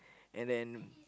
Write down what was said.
and then